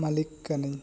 ᱢᱟᱹᱞᱤᱠ ᱠᱟᱹᱱᱟᱹᱧ